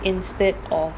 instead of